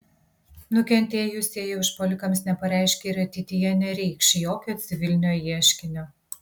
nukentėjusieji užpuolikams nepareiškė ir ateityje nereikš jokio civilinio ieškinio